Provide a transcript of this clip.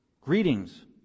Greetings